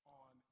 on